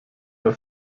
der